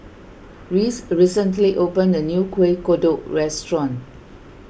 Reese recently opened a new Kueh Kodok restaurant